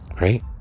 Right